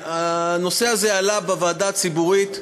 הנושא הזה עלה בוועדה הציבורית,